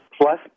plus